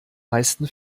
meisten